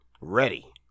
ready